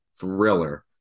thriller